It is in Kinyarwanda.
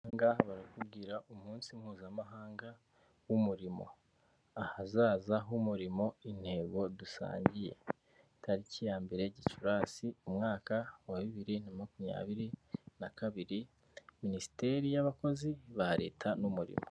Aha ngaha barakubwira umunsi mpuzamahanga w'umurimo. Ahazaza h'umurimo, intego dusangiye. Tariki ya mbere gicurasi, umwaka wa bibiri na makumyabiri na kabiri, minisiteri y'abakozi ba leta n'umurimo.